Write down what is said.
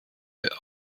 für